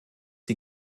die